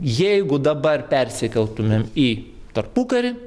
jeigu dabar persikeltumėm į tarpukarį